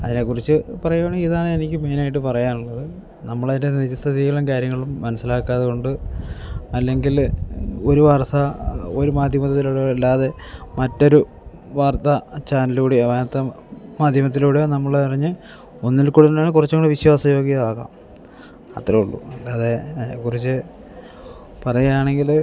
അതിനെക്കുറിച്ച് പറയാണങ്കിൽ ഇതാണെനിക്ക് മെയിനായിട്ട് പറയാനുള്ളത് നമ്മളതിൻ്റെ നിജസ്ഥിതികളും കാര്യങ്ങളും മനസ്സിലാക്കാത്തതുകൊണ്ട് അല്ലെങ്കിൽ ഒരു വാർത്ത ഒരു മാധ്യമത്തിലൂടെയോ അല്ലാതെ മറ്റൊരു വാർത്താ ചാനലിലൂടെയോ അതോ മാധ്യമത്തിലൂടെയോ നമ്മളറിഞ്ഞ് ഒന്നിൽ കൂടുതലാണെങ്കിൽ കുറച്ചുംകൂടി വിശ്വാസയോഗ്യം ആകാം അത്രയേ ഉള്ളൂ അല്ലാതെ അതിനെക്കുറിച്ച് പറയുകയാണെങ്കിൽ